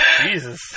Jesus